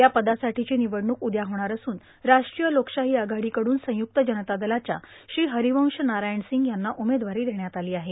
या पदासाठीची निवडणूक उद्या होणार असून राष्ट्रीय लोकशाही आघाडीकडून संयुक्त जनता दलाच्या श्री हरिवंश नारायण सिंग यांना उमेदवारी देण्यात आली आहे